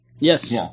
Yes